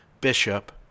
bishop